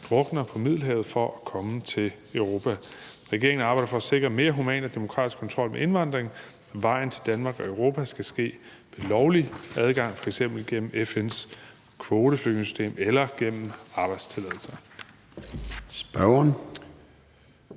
drukner på Middelhavet for at komme til Europa. Regeringen arbejder for at sikre en mere human og demokratisk kontrol med indvandring. Vejen til Danmark og Europa skal gå via lovlig adgang, f.eks. gennem FN's kvoteflygtningesystem eller gennem arbejdstilladelser.